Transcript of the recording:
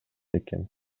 экен